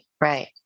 Right